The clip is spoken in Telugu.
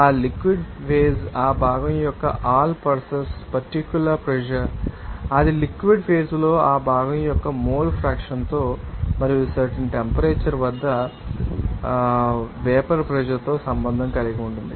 ఆ లిక్విడ్ ఫేజ్ ఆ భాగం యొక్క అల్ పర్పస్ పర్టికులర్ ప్రెషర్ అది లిక్విడ్ ఫేజ్ లో ఆ భాగం యొక్క మోల్ ఫ్రాక్షన్ తో మరియు సర్టెన్ టెంపరేచర్ వద్ద భాగం యొక్క వేపర్ ప్రెషర్ తో సంబంధం కలిగి ఉంటుంది